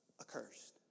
accursed